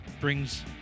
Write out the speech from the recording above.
brings